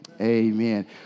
amen